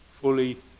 fully